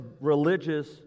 religious